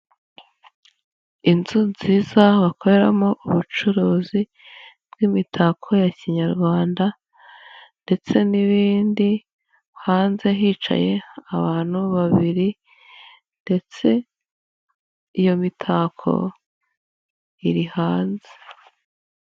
Inzu nziza bakoreramo ubucuruzi bw'imitako ya kinyarwanda ndetse n'ibindi, hanze hicaye abantu babiri ndetse iyo mitako iri hanze.